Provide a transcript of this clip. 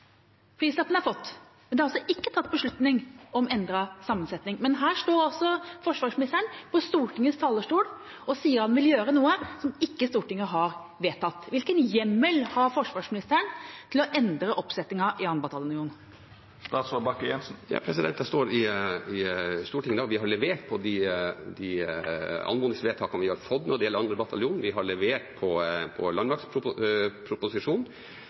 Prislappen har vi fått, men det er altså ikke tatt en beslutning om endret sammensetning. Men her står altså forsvarsministeren på Stortingets talerstol og sier at han vil gjøre noe som Stortinget ikke har vedtatt. Hvilken hjemmel har forsvarsministeren til å endre oppsettingen i 2. bataljon? Ja, jeg står i Stortinget i dag. Vi har levert på de anmodningsvedtakene vi har fått når det gjelder 2. bataljon, vi har levert på landmaktproposisjonen,